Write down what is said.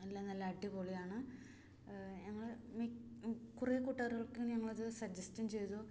എല്ലാം നല്ല അടിപൊളിയാണ് ഞങ്ങൾ കുറേ കൂട്ടുകാരികൾക്ക് അത് സജെസ്റ്റും ചെയ്തു